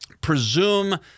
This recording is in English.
Presume